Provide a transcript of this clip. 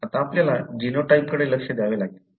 आता आपल्याला जीनोटाइपकडे लक्ष द्यावे लागेल